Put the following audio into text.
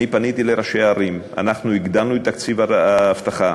פניתי לראשי ערים, אנחנו הגדלנו את תקציב האבטחה,